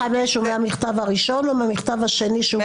35 זה מהמכתב הראשון או מהמכתב השני שהוא רשמי יותר?